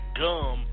gum